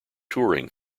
turing